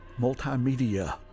multimedia